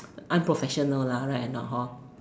unprofessional lah right or not hor